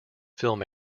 film